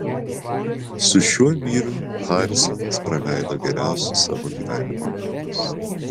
su šiuo vyru harisonas praleido geriausius savo gyvenimo metus